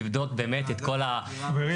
לבדוק באמת כל --- חברים.